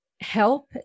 Help